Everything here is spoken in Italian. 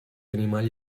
animali